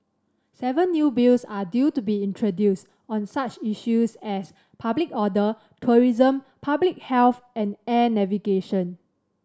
seven new Bills are due to be introduced on such issues as public order tourism public health and air navigation